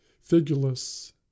Figulus